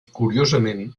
curiosament